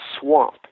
swamp